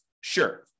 Sure